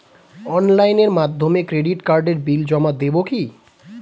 অনলাইনের মাধ্যমে ক্রেডিট কার্ডের বিল জমা দেবো কি?